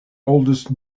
oldest